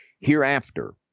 hereafter